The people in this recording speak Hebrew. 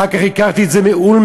אחר כך הכרתי את זה מאולמרט,